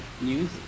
news